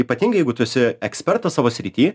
ypatingai jei tu esi ekspertas savo srity